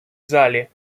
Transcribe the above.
залі